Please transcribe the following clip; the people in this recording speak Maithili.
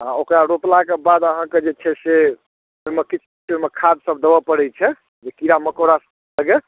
हँ ओकरा रोपलाके बाद अहाँके जे छै से ओहिमे किछु ओहिमे खादसभ देबय पड़ै छै जे कीड़ा मकौड़ासभ लेल